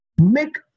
make